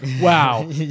wow